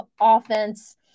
offense